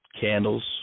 candles